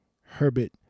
Herbert